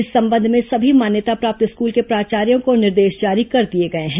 इस संबंध में सभी मान्यता प्राप्त स्कूल के प्राचार्यों को निर्देश जारी कर दिए गए हैं